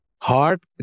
hard